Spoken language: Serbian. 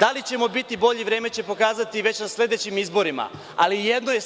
Da li ćemo biti bolji, vreme će pokazati već na sledećim izborima, ali jedno je